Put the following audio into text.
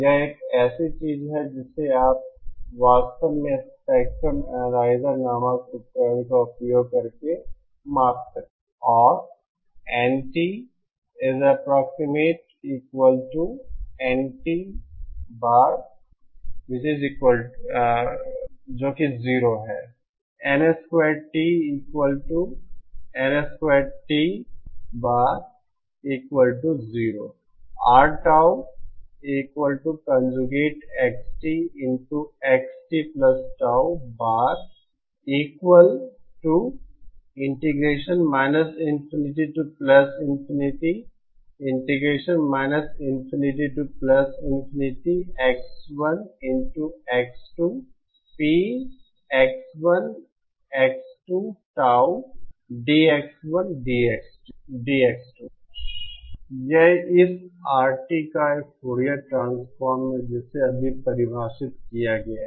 यह एक ऐसी चीज है जिसे आप वास्तव में स्पेक्ट्रम एनालाइजर नामक उपकरण का उपयोग करके माप सकते हैं और यह इस RT का फूरियर ट्रांसफॉर्म है जिसे अभी परिभाषित किया गया है